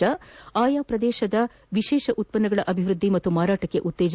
ಲ ಆಯಾ ಪ್ರದೇಶದ ವಿಶೇಷ ಉತ್ಪನ್ನಗಳ ಅಭಿವೃದ್ದಿ ಮತ್ತು ಮಾರಾಟಕ್ಕೆ ಉತ್ತೇಜ